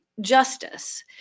justice